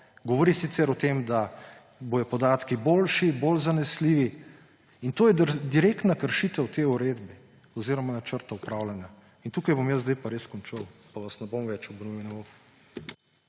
Govori sicer o tem, da bodo podatki boljši, bolj zanesljivi. To je direktna kršitev te uredbe oziroma načrtov upravljanja. Tukaj bom jaz res končal in vas ne bom več obremenjeval.